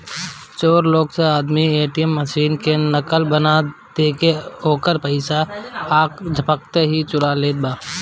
चोर लोग स आदमी के ए.टी.एम मशीन के नकल बना के ओकर पइसा आख झपकते चुरा लेत बा